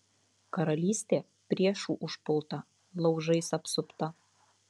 karalystė priešų užpulta laužais apsupta